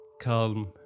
calm